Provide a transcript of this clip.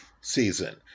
season